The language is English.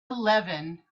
eleven